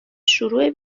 شروع